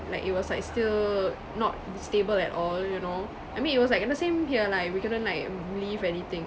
like it was like still not stable at all you know I mean it was like the same here lah we couldn't like leave anything